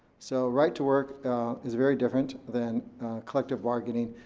so right to work is very different than collective bargaining.